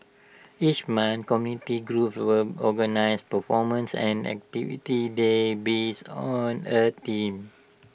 each month community groups were organise performances and activities there based on A theme